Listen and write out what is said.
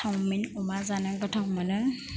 chowmein अमा जानो गोथाव मोनो